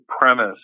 premise